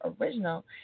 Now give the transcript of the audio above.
original